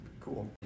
cool